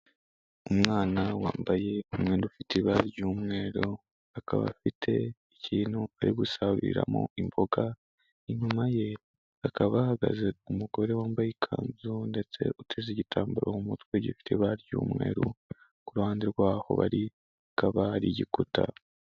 Umwana wambaye umwenda ufite ibara ry'umweru, akaba afite ikintu ari gusaruriramo imboga, inyuma ye hakaba hahagaze umugore wambaye ikanzu ndetse uteze igitambaro mu mutwe gifite ibara ry'umweru, ku ruhande rw'aho bari hakaba hari igikuta.